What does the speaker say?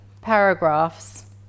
paragraphs